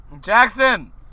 Jackson